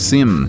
Sim